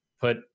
put